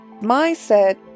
mindset